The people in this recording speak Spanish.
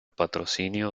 patrocinio